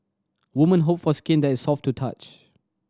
woman hope for skin that is soft to touch